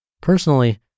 Personally